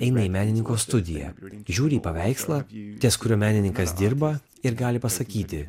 eina į menininkų studiją žiūri į paveikslą ties kuriuo menininkas dirba ir gali pasakyti